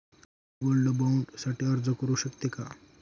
मी gold bond साठी अर्ज करु शकते का?